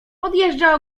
odjeżdża